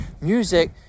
music